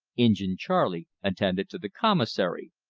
injin charley attended to the commissary,